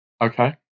Okay